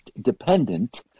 dependent